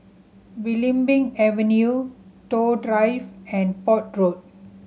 Belimbing Avenue Toh Drive and Port Road